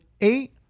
eight